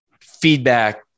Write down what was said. feedback